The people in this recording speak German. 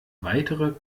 weitere